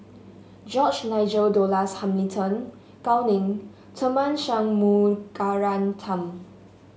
George Nigel Douglas Hamilton Gao Ning Tharman Shanmugaratnam